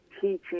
teaching